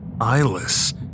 eyeless